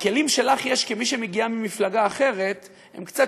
והכלים שלך יש כמי שמגיעה ממפלגה אחרת הם קצת